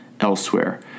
elsewhere